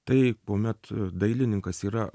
tai kuomet dailininkas yra